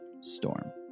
Storm